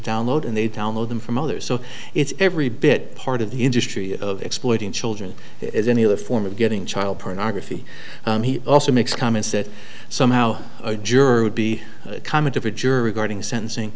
download and they download them from others so it's every bit part of the industry of exploiting children as any other form of getting child pornography and he also makes comments that somehow a jury would be a comment of a juror regarding sen